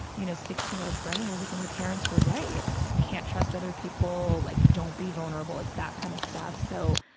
you know, sixteen year old brain i was like, well, my parents were right, you can't trust other people, like don't be vulnerable, like that kind of stuff. so,